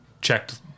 checked